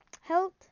health